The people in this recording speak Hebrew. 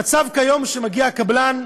המצב כיום, כשמגיע קבלן,